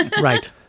Right